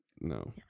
no